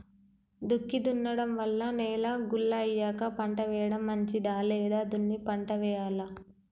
దుక్కి దున్నడం వల్ల నేల గుల్ల అయ్యాక పంట వేయడం మంచిదా లేదా దున్ని పంట వెయ్యాలా?